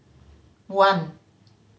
one